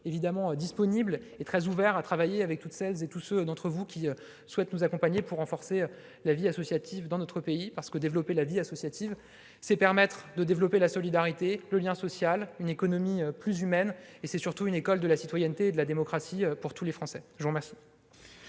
ouvert et disponible pour travailler avec toutes celles et tous ceux d'entre vous qui souhaitent nous accompagner pour renforcer la vie associative dans notre pays, parce que cela permet de développer la solidarité, le lien social, une économie plus humaine. Le bénévolat est une école de la citoyenneté et de la démocratie pour tous les Français.